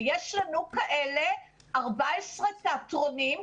יש לנו כאלה 14 תיאטרונים,